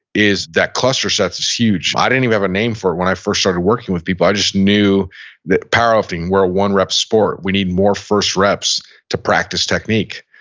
is that cluster sets is huge. i didn't even have a name for it when i first started working with people, i just knew that powerlifting, we're a one rep sport. we need more first reps to practice technique.